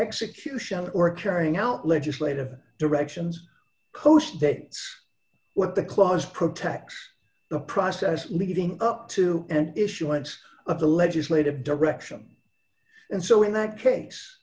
execution or carrying out legislative directions coast that what the clause protects the process leading up to and issuance of the legislative direction and so in that case